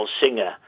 singer